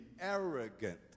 arrogant